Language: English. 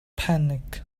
panic